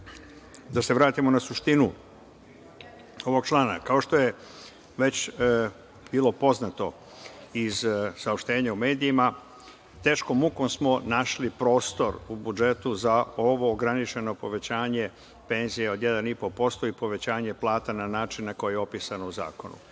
se vratimo na suštinu ovog člana, kao što je već bilo poznato iz saopštenja u medijima, teškom mukom smo našli prostor u budžetu za ovo ograničeno povećanje penzija od 1,5% i povećanje plata na način na koji je opisano u